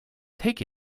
take